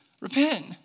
repent